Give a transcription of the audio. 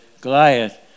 Goliath